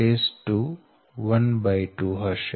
d12 હશે